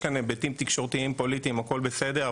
יש כאן היבטים תקשורתיים פוליטיים הכל בסדר,